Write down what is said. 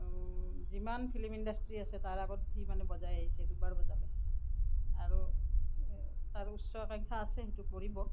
যিমান film industry আছে তাৰ আগত সি মানে বজাই আহিছে দুবাৰ বজালে আৰু তাৰ উচ্চ আকাংক্ষা আছে সেইটো কৰিব